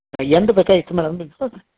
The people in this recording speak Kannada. ಎಂದು ಬೇಕಾಗಿತ್ತು ಮೇಡಮ್ ಇದು